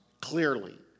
clearly